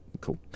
Cool